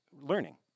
learning